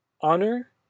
Honor